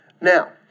Now